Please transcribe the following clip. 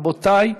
רבותי,